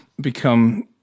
become